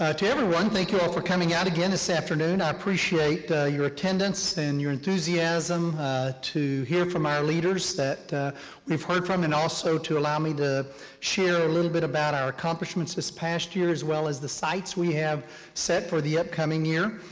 ah to everyone, thank you all for coming out again this afternoon. i appreciate your attendance and your enthusiasm to hear from our leaders that we've heard from and also to allow me to share a little bit about our accomplishments this past year as well as the sights we have set for the upcoming year.